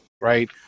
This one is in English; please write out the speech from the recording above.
right